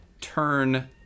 turn